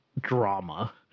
drama